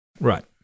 right